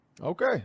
Okay